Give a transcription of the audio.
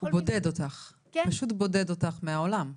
הוא בודד אותך, פשוט בודד אותך מהעולם.